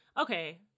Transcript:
okay